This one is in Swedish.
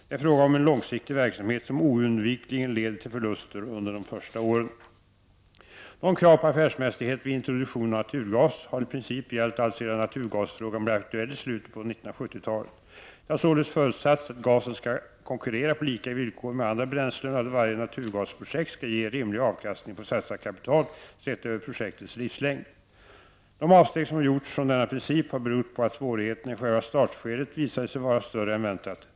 Det är fråga om en långsiktig verksamhet, som oundvikligen leder till förluster under de första åren. Krav på affärsmässighet vid introduktionen av naturgas har i princip gällt alltsedan naturgasfrågan blev aktuell i slutet av 1970-talet. Det har således förutsatts att gasen skall konkurrera på lika villkor med andra bränslen och att varje naturgasprojekt skall ge rimlig avkastning på satsat kapital, sett över projektets livslängd. De avsteg som har gjorts från denna princip har berott på att svårigheterna i själva startskedet visade sig vara större än väntat.